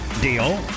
deal